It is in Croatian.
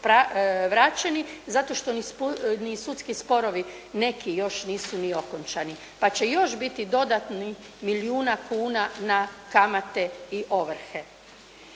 vraćeni zato što ni sudski sporovi neki još nisu ni okončani pa će još biti dodatnih milijuna kuna na kamate i ovrhe.